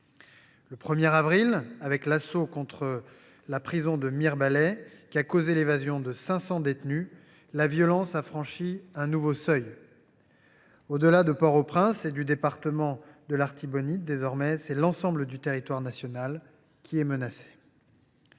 Le 1 avril, avec l’assaut contre la prison de Mirebalais, qui a causé l’évasion de 500 détenus, la violence a franchi un nouveau seuil. Au delà de Port au Prince et du département de l’Artibonite, c’est désormais l’ensemble du territoire national qui est menacé.